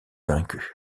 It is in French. vaincu